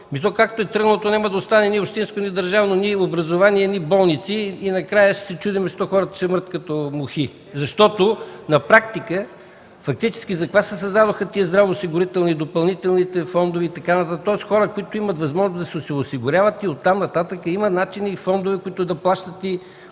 – то както е тръгнало, няма да остане нито общинско, нито държавно, нито образование, нито болници и накрая ще се чудим защо хората ще мрат като мухи. Защото на практика фактически затова се създадоха тези здравноосигурителни допълнителни фондове и така нататък – тоест хора, които имат възможност, да се самоосигуряват и оттам нататък има начини и фондове, които да плащат и